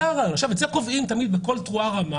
את זה קובעים תמיד בקול תרועה רמה